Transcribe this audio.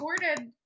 recorded